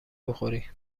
بخوری